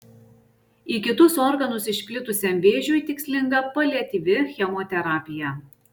į kitus organus išplitusiam vėžiui tikslinga paliatyvi chemoterapija